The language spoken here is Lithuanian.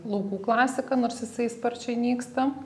laukų klasika nors jisai sparčiai nyksta